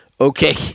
Okay